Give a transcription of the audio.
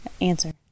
Answer